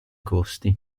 costi